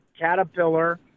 Caterpillar